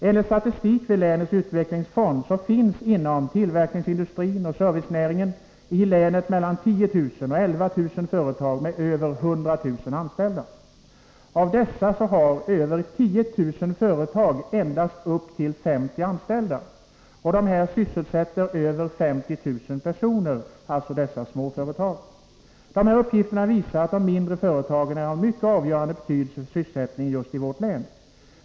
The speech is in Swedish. Enligt statistik vid länets utvecklingsfond finns inom tillverkningsindustrin och servicenäringen mellan 10 000 och 11 000 företag med sammanlagt över 100 000 anställda. Av dessa har över 10 000 företag endast upp till 50 anställda men sysselsätter tillsammans över 50 000 personer. Dessa uppgifter visar att de mindre företagen är av mycket avgörande betydelse för sysselsättningen i länet.